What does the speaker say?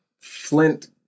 Flint